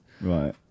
right